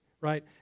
Right